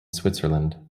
switzerland